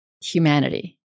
humanity